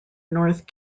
north